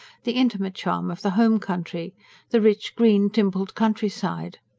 the intimate charm of the home country the rich, green, dimpled countryside.